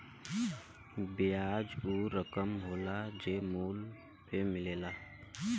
बियाज ऊ रकम होला जे मूल पे मिलेला